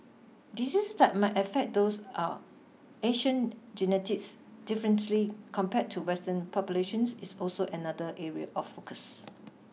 diseases that might affect those are Asian genetics differently compared to Western populations is also another area of focus